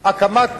הקמת